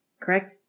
Correct